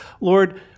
Lord